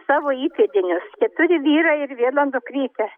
savo įpėdinius keturi vyrai ir viena dukrytė